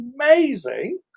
amazing